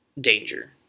danger